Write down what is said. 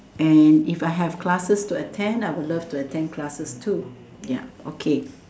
and if I have classes to attend I would love to attend classes too ya okay